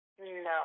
No